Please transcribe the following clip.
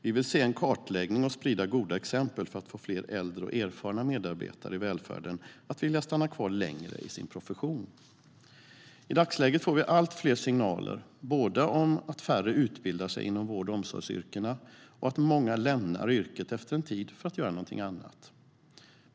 Vi vill se en kartläggning och sprida goda exempel för att få fler äldre och erfarna medarbetare i välfärden att vilja stanna kvar längre i sin profession. I dagsläget får vi allt fler signaler både om att färre utbildar sig inom vård och omsorgsyrkena och att många lämnar yrket efter en tid för att göra något annat.